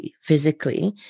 physically